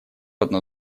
одно